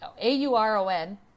A-U-R-O-N